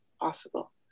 possible